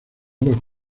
bajo